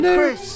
Chris